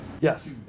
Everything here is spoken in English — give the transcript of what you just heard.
Yes